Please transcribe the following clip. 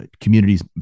communities